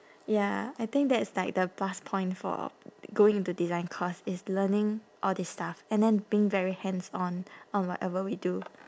ya I think that is like the plus point for going into design course is learning all this stuff and then being very hands on on whatever we do